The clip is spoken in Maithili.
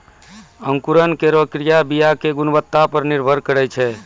अंकुरन केरो क्रिया बीया क गुणवत्ता पर निर्भर करै छै